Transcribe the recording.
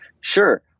Sure